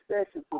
special